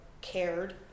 cared